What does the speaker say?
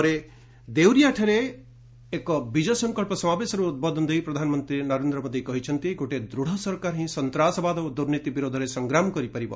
ପରେ ଦେଉରିଆଠାରେ ଏଲକ ବିଜୟ ସଂକଳ୍ପ ସମାବେଶରେ ଉଦ୍ବୋଧନ ଦେଇ ପ୍ରଧାନମନ୍ତ୍ରୀ ନରେନ୍ଦ୍ର ମୋଦି କହିଛନ୍ତି ଗୋଟିଏ ଦୃଢ଼ ସରକାର ହିଁ ସନ୍ତାସବାଦ ଓ ଦୁର୍ନୀତି ବିରୋଧରେ ସଂଗ୍ରାମ କରିପାରିବ